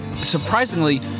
surprisingly